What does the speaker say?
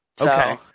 okay